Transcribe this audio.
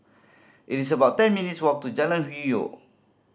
it's about ten minutes' walk to Jalan Hwi Yoh